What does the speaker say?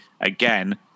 again